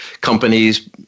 companies